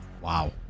Wow